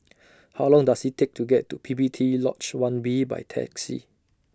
How Long Does IT Take to get to P P T Lodge one B By Taxi